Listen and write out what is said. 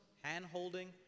hand-holding